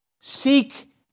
seek